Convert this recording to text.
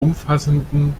umfassenden